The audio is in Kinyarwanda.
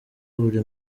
buri